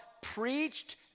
preached